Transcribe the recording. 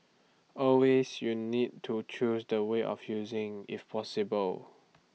always you need to choose the way of using if possible